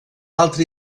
altre